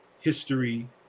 history